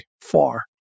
far